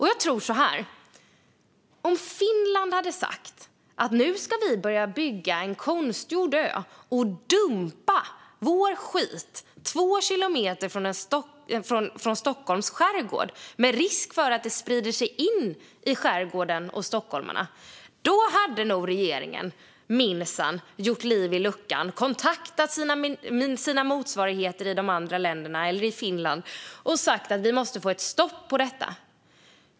Jag tror att om Finland hade sagt att de skulle börja bygga en konstgjord ö och dumpa sin skit två kilometer från Stockholms skärgård med risk för spridning in i skärgården och till stockholmarna hade nog regeringen minsann sett till att det blivit liv i luckan, kontaktat sina motsvarigheter i Finland och sagt att detta måste stoppas.